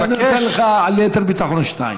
אתן לך ליתר ביטחון שתיים.